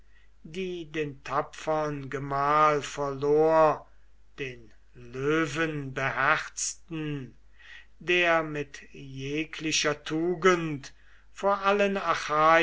die den tapfern gemahl verlor den löwenbeherzten der mit jeglicher tugend vor allen